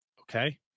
Okay